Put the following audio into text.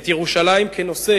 את ירושלים כנושא